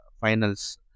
finals